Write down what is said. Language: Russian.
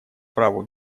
праву